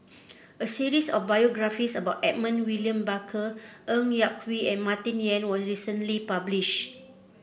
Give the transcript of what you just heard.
a series of biographies about Edmund William Barker Ng Yak Whee and Martin Yan was recently published